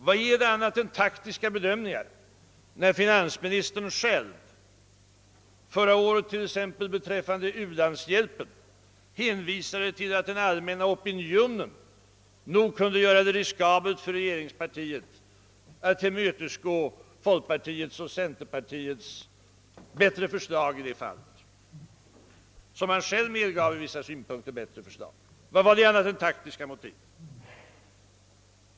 Vad var det annat än taktiska bedömningar när t.ex. finansministern förra året beträffande u-landshjälpen hänvisade till att den allmänna opinionen nog kunde göra det riskabelt för regeringspartiet att tillmötesgå folkpartiets och centerpartiets förslag, fastän detta enligt vad han själv medgav från vissa synpunkter sett var bättre?